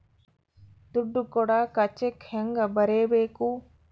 ದುಡ್ಡು ಕೊಡಾಕ ಚೆಕ್ ಹೆಂಗ ಬರೇಬೇಕು?